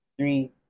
three